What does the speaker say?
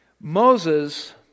Moses